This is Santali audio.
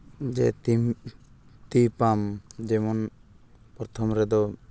ᱡᱮ ᱛᱤᱱ ᱛᱤ ᱯᱟᱢᱯ ᱡᱮᱢᱚᱱ ᱯᱨᱚᱛᱷᱚᱢ ᱨᱮᱫᱚ